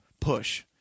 push